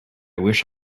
wish